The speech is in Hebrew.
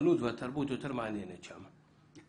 האומנות והתרבות יותר מעניינת שם.